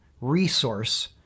resource